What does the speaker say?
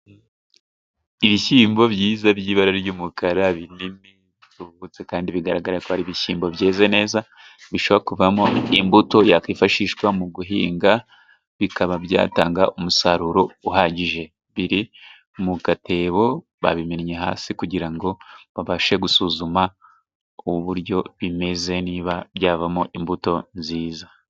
Ibishyimbo byiza by'ibara ry'umukara, binini bitubutse kandi bigaragara ko ari ibishyimbo byeze neza. Bishobora kubamo imbuto yakwifashishwa mu guhinga, bikaba byatanga umusaruro uhagije. Biri mu gatebo, babimennye hasi kugira ngo babashe gusuzuma uburyo bimeze, niba byavamo imbuto nziza.